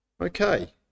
Okay